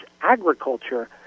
agriculture